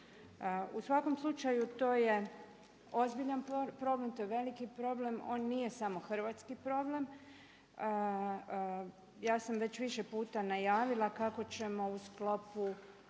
U svakom slučaju to je ozbiljan problem, to je veliki problem, on nije samo hrvatski problem. Ja sam već više puta najavila kako ćemo u sklopu